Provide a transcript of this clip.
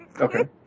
Okay